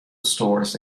stores